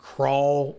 Crawl